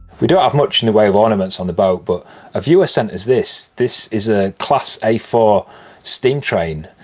we don't have much in the way of ornaments on the boat, but a viewer sent as this, this is a class a four steam train,